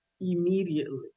immediately